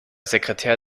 sekretär